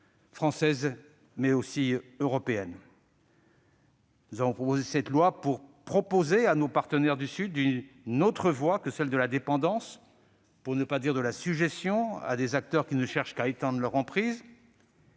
françaises, mais aussi européennes. Nous avons présenté ce texte pour proposer à nos partenaires du Sud une autre voie que celle de la dépendance, voire de la sujétion à des acteurs qui ne cherchent qu'à étendre leur emprise.